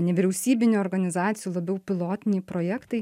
nevyriausybinių organizacijų labiau pilotiniai projektai